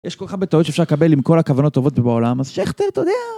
יש כל כך הרבה טעויות שאפשר לקבל עם כל הכוונות הטובות בעולם, אז שכטר, אתה יודע